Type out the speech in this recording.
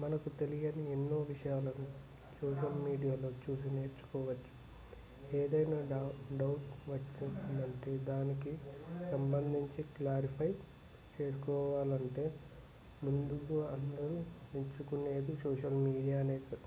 మనకు తెలియని ఎన్నో విషయాలను సోషల్ మీడియాలో చూసి నేర్చుకోవచ్చు ఏదైనా డౌట్ వచ్చేసిందంటే దానికి సంబంధించి క్లారిఫై చేసుకోవాలంటే ముందుగా అందరు ఎంచుకునేది సోషల్ మీడియానే